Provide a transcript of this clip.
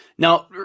Now